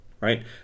right